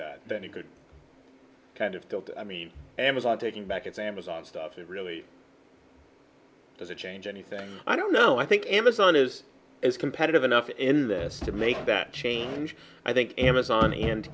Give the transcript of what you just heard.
that then you could kind of build i mean amazon taking back its amazon stuff they really does it change anything i don't know i think amazon is is competitive enough in this to make that change i think amazon and